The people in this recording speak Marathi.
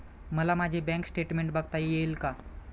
मला माझे बँक स्टेटमेन्ट बघता येईल का?